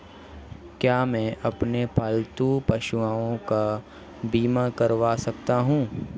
क्या मैं अपने पालतू पशुओं का बीमा करवा सकता हूं?